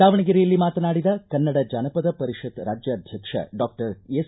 ದಾವಣಗೆರೆಯಲ್ಲಿ ಮಾತನಾಡಿದ ಕನ್ನಡ ಜಾನಪದ ಪರಿಷತ್ ರಾಜ್ಯಾಧ್ವಕ್ಷ ಡಾಕ್ಟರ್ ಎಸ್